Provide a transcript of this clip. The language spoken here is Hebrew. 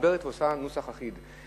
מחברת ועושה נוסח אחיד.